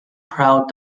proud